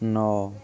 ନଅ